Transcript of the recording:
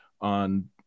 on